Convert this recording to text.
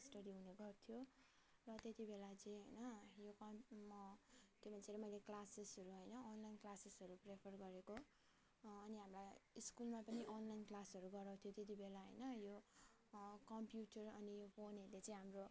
study हुने गर्थ्यो र त्यति बेला चाहिँ होइन यो कम् म के भन्छ र मैले क्लासेसहरू होइन अनलाइन क्लासेसहरू प्रिफर गरेको अनि हामीलाई स्कुलमा पनि अनलाइन क्लासहरू गराउँथ्यो त्यति बेला होइन यो कम्प्युटर अनि यो फोनहरूले चाहिँ हाम्रो